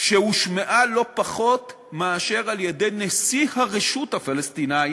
שהושמעה לא פחות מאשר על-ידי נשיא הרשות הפלסטינית,